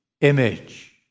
image